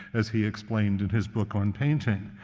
as he explained in his book on painting.